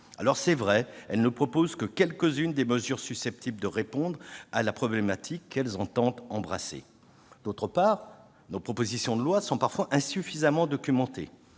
Alors, c'est vrai, elles ne comportent que quelques-unes des mesures susceptibles de répondre à la problématique qu'elles entendent embrasser. On reproche aussi parfois à nos propositions de loi d'être insuffisamment documentées.